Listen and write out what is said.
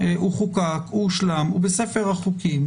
הוא חוקק, הוא הושלם, הוא בספר החוקים.